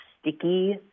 sticky